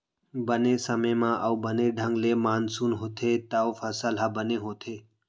बने समे म अउ बने ढंग ले मानसून होथे तव फसल ह बने होथे